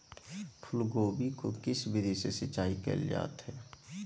फूलगोभी को किस विधि से सिंचाई कईल जावत हैं?